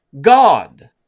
God